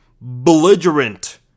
belligerent